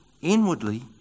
Inwardly